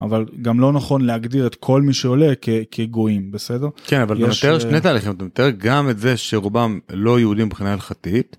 אבל גם לא נכון להגדיר את כל מי שעולה כגויים, בסדר? כן, אבל אתה מתאר שני תהליכים, אתה מתאר גם את זה שרובם לא יהודים מבחינה הלכתית